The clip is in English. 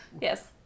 Yes